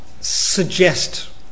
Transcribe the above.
suggest